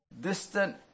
distant